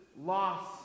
loss